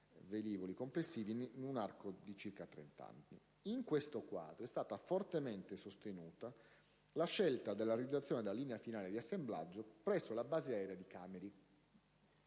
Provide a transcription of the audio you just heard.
velivoli in un arco di circa trent'anni. In tale quadro, è stata fortemente sostenuta la scelta della realizzazione della linea finale di assemblaggio presso la base aerea di Cameri,